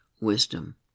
wisdom